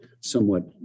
somewhat